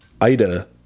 Ida